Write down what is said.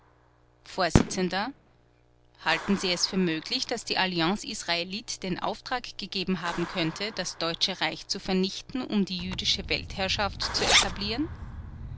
vors halten sie es für möglich daß die alliance israelite den auftrag gegeben haben könnte das deutsche reich zu vernichten um die jüdische weltherrschaft zu etablieren